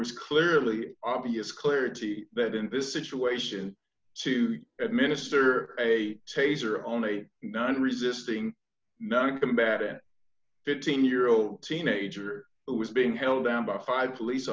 was clearly obvious clarity that in this situation to administer a taser on a nine resisting not a combatant fifteen year old teenager who is being held down by five police